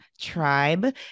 tribe